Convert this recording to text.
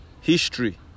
history